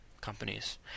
companies